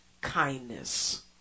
kindness